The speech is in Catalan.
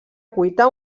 cuita